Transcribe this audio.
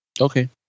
Okay